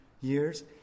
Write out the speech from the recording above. years